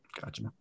gotcha